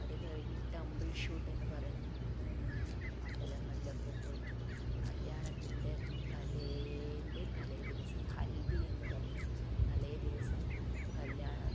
അത് കഴിഞ്ഞ് ടെബിൾ ഷൂട്ടെന്ന് പറഞ്ഞ് അമ്പലങ്ങളിലൊക്കെ പോയിട്ടും കല്യാണത്തിൻ്റെ തലേൻ്റെ തലേ ദിവസം ഹൽദി എന്ന് പറഞ്ഞും തലേ ദിവസം കല്യാണം